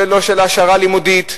ולא של העשרה לימודית,